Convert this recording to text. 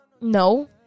No